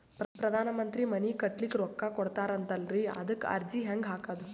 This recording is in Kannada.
ಪ್ರಧಾನ ಮಂತ್ರಿ ಮನಿ ಕಟ್ಲಿಕ ರೊಕ್ಕ ಕೊಟತಾರಂತಲ್ರಿ, ಅದಕ ಅರ್ಜಿ ಹೆಂಗ ಹಾಕದು?